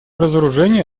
разоружение